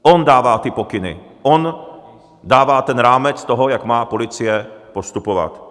On dává ty pokyny, on dává ten rámec toho, jak má policie postupovat.